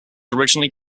originally